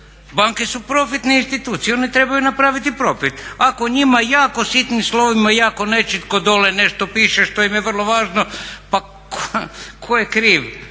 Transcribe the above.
Banke su profitne institucije one trebaju napraviti profit, ako njima jako sitnim slovima i jako nečitko dolje nešto piše što im je vrlo važno pa tko je kriv